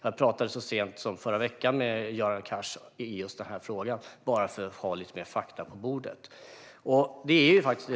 Jag pratade så sent som i förra veckan med Göran Cars om just den här frågan för att få fram lite mer fakta.